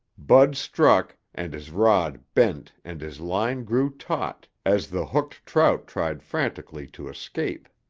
bud struck, and his rod bent and his line grew taut as the hooked trout tried frantically to escape.